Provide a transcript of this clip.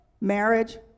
marriage